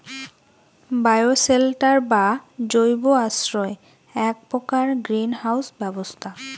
bioshelter বা জৈব আশ্রয় এ্যাক প্রকার গ্রীন হাউস ব্যবস্থা